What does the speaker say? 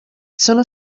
sono